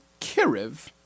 Kiriv